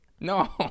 No